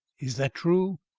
is that true?